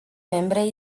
membre